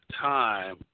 time